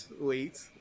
wait